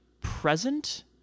present